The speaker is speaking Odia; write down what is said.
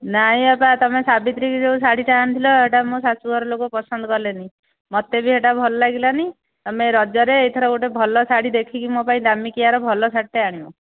ନାଇଁ ବାପା ତୁମେ ସାବିତ୍ରୀକୁ ଯେଉଁ ଶାଢ଼ୀଟା ଆଣିଥିଲ ସେଇଟା ମୋ ଶାଶୁଘର ଲୋକ ପସନ୍ଦ କଲେନି ମୋତେ ବି ହେଟା ଭଲ ଲାଗିଲାନି ତୁମେ ରଜରେ ଏଇଥର ଗୋଟେ ଭଲ ଶାଢ଼ୀ ଦେଖିକି ମୋ ପାଇଁ ଦାମିକିଆର ଭଲ ଶାଢ଼ୀଟେ ଆଣିବ